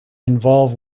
involve